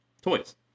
toys